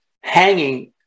hanging